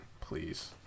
Please